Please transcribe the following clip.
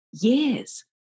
years